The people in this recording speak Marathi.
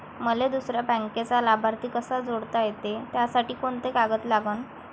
मले दुसऱ्या बँकेचा लाभार्थी कसा जोडता येते, त्यासाठी कोंते कागद लागन?